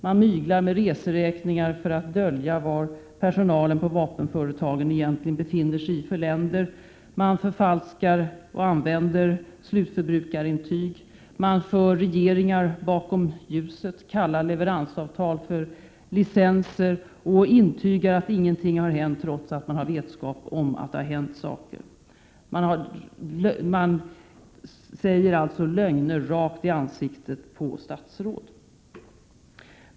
Man myglar med reseräkningar för att dölja i vilka länder personalen på vapenföretagen egentligen befinner sig, förfalskar och använder slutförbrukarintyg, för regeringar bakom ljuset, kallar leveransavtal för licenser och intygar att ingenting har hänt trots att man har vetskap om att saker har hänt. Man säger alltså lögner rakt i ansiktet på statsråd.